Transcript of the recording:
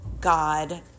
God